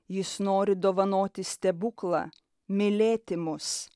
jis nori dovanoti stebuklą mylėti mus